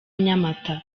nyamata